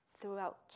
throughout